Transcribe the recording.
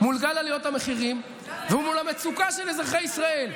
מול גל עליות המחירים ומול המצוקה של אזרחי ישראל.